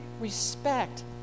respect